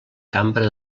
cambra